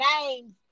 name